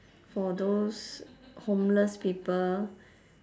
for those homeless people